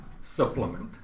supplement